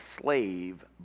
slave